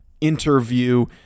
interview